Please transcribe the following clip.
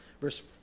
Verse